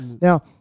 Now